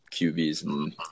QBs